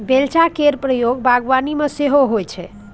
बेलचा केर प्रयोग बागबानी मे सेहो होइ छै